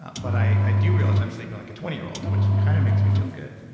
ah but i i do realize i'm sleeping like a twenty yearold, which kind of makes me feel good